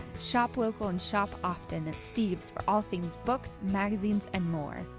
shop local and shop often at steve's for all things books, magazines, and more!